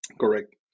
Correct